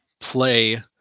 play